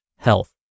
health